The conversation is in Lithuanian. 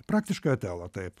praktiškai otelo taip